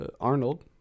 Arnold